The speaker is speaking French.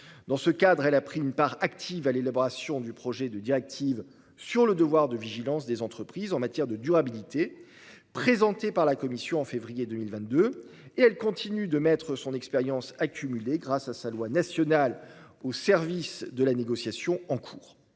Dans ce cadre, elle a pris une part active à l'élaboration du projet de directive sur le devoir de vigilance des entreprises en matière de durabilité, présenté par la Commission en février 2022. La France continue de mettre son expérience, accumulée grâce à sa loi nationale, au service de la négociation en cours.